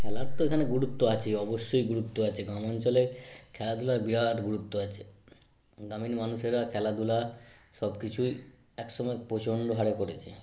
খেলার তো এখানে গুরুত্ব আছেই অবশ্যই গুরুত্ব আছে গ্রামাঞ্চলে খেলাধূলার বিরাট গুরুত্ব আছে গ্রামীণ মানুষেরা খেলাধূলা সব কিছুই একসময় প্রচণ্ড হারে করেছে